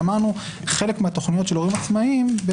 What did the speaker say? כי אמרנו שחלק מהתוכניות של הורים עצמאיים גם